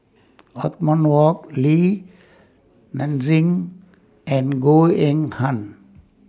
Othman Wok Li Nanxing and Goh Eng Han